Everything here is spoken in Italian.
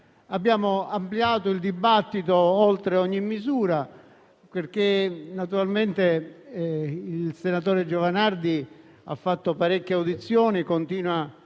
Abbiamo ampliato il dibattito oltre ogni misura, perché naturalmente il senatore Giovanardi ha fatto parecchie audizioni, continua